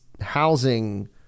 housing